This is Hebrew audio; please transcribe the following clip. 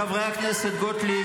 חבר הכנסת הרצנו,